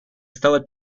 стала